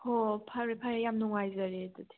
ꯍꯣꯏ ꯐꯔꯦ ꯐꯔꯦ ꯌꯥꯝ ꯅꯨꯡꯉꯥꯏꯖꯔꯦ ꯑꯗꯨꯗꯤ